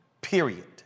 period